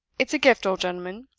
it's a gift, old gentleman,